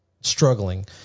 struggling